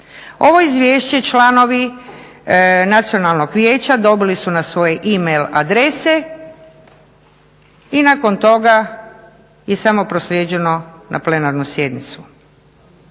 Ovo izvješće članovi nacionalnog vijeća dobili su na svoje e-mail adrese i nakon toga je samo proslijeđeno na plenarnu sjednicu.